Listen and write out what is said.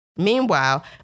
Meanwhile